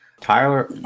Tyler